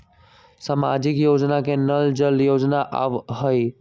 सामाजिक योजना में नल जल योजना आवहई?